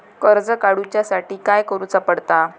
कर्ज काडूच्या साठी काय करुचा पडता?